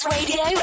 Radio